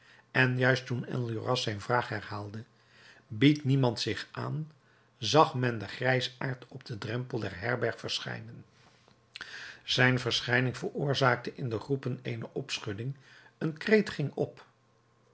en juist toen enjolras zijn vraag herhaalde biedt niemand zich aan zag men den grijsaard op den drempel der herberg verschijnen zijn verschijning veroorzaakte in de groepen eene opschudding een kreet ging op